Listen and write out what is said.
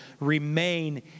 remain